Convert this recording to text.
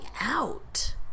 out